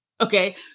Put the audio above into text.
Okay